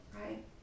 right